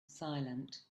silent